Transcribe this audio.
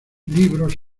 libros